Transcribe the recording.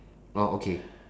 orh okay